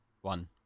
One